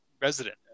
resident